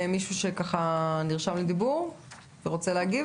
מישהו שנרשם לדיבור ורוצה להגיב,